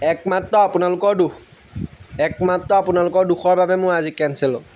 একমাত্ৰ আপোনালোকৰ দোষ একমাত্ৰ আপোনালোকৰ দোষৰ বাবে মই আজি কেঞ্চেল